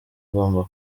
igomba